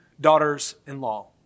daughters-in-law